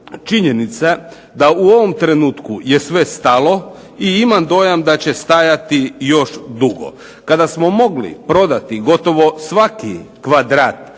činjenica da u ovom trenutku je sve stalo i imam dojam da će stajati još dugo. Kada smo mogli prodati gotovo svaki kvadrat,